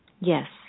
Yes